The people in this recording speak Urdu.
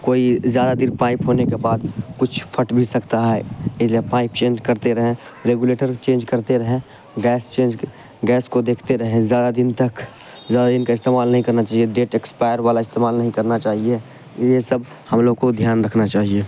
کوئی زیادہ دیر پائپ ہونے کے بعد کچھ پھٹ بھی سکتا ہے اس لیے پائپ چینج کرتے رہیں ریگولیٹر چینج کرتے رہیں گیس چینج گیس کو دیکھتے رہیں زیادہ دن تک زیادہ دن کا استعمال نہیں کرنا چاہیے ڈیٹ ایکسپائر والا استعمال نہیں کرنا چاہیے یہ سب ہم لوگ کو دھیان رکھنا چاہیے